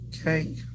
okay